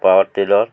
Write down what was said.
power tiller